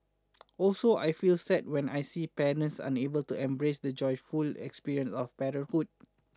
also I feel sad when I see parents unable to embrace the joyful experience of parenthood